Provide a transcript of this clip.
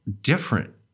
different